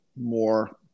more